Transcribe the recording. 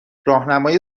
راهنمای